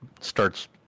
starts